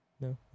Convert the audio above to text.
No